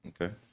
Okay